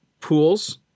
pools